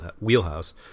wheelhouse